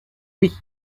oui